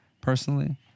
personally